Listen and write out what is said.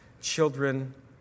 children